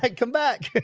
and come back.